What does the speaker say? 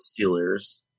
Steelers